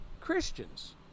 christians